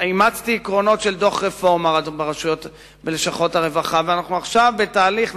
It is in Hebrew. אימצתי עקרונות של דוח רפורמה בלשכות הרווחה ואנחנו עכשיו בתהליך,